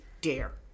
dare